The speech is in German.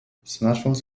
smartphones